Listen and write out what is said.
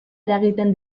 eragiten